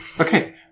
okay